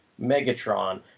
Megatron